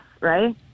right